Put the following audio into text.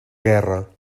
guerra